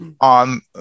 on